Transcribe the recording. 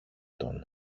τον